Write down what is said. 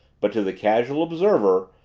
but, to the casual observer,